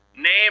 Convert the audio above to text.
Name